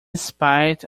spite